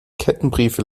kettenbriefe